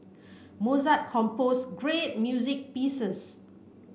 Mozart composed great music pieces